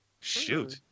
Shoot